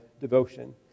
devotion